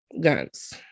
guns